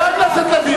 חבר הכנסת לוין,